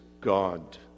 God